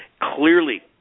Clearly